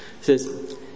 says